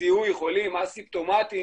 לזיהוי חולים א-סימפוטמטיים